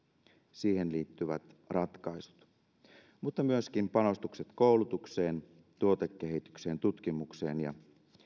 siihen liittyvät ratkaisut mutta myöskin panostukset koulutukseen tuotekehitykseen tutkimukseen ja